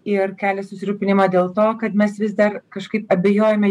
ir kelia susirūpinimą dėl to kad mes vis dar kažkaip abejojame